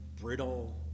brittle